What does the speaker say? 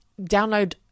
download